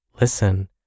listen